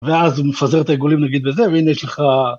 ואז הוא מפזר את העיגולים נגיד בזה, והנה יש לך...